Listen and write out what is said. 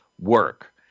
work